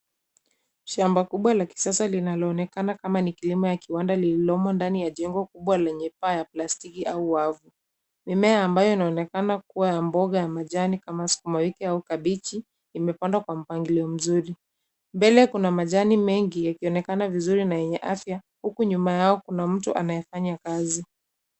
Shamba kubwa la kisasa linaloonekana kama kilimo ya kiwanda lilimo ndani ya jengo kubwa lenye paa la plastiki au wavu. mimea ambayo unaonekana kuwa mboga ya majani kama sukuma wiki au kabegi imepandwa kwa mpangilio mzuri, mbele kuna majani mengine yakionekana vizuri na enye afya huku nyuma kuna mtu anayefanya kazi.